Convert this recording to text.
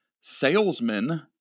salesmen